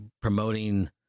promoting